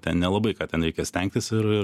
ten nelabai ką ten reikia stengtis ir